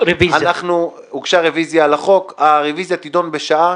אין הצעת חוק המאבק בטרור (תיקון,